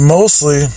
Mostly